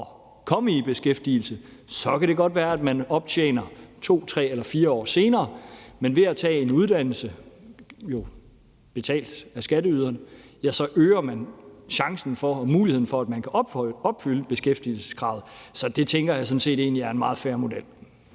at komme i beskæftigelse. Så kan det godt være, at man optjener det 2, 3 eller 4 år senere. Men ved at man tager en uddannelse, som jo er betalt af skatteyderne, øger man også muligheden for og chancen for, at man kan opfylde beskæftigelseskravet. Så det tænker jeg egentlig er en meget fair model.